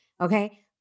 okay